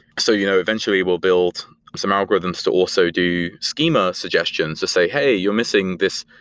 so you know eventually we'll build some algorithms to also do schema suggestions to say, hey, you're missing this.